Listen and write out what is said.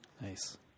Nice